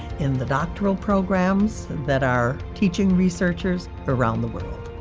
in the doctoral programs that are teaching researchers around the world.